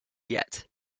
yet